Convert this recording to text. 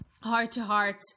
heart-to-heart